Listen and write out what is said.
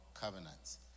covenants